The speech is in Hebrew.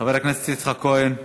חבר הכנסת יצחק כהן,